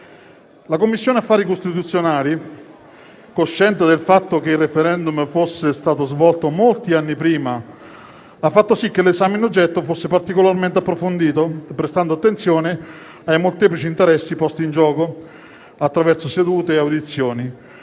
La Commissione affari costituzionali, cosciente del fatto che il *referendum* fosse stato svolto molti anni prima, ha fatto sì che l'esame in oggetto fosse particolarmente approfondito e prestando attenzione ai molteplici interessi posti in gioco, attraverso sedute e audizioni.